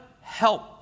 help